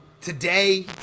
Today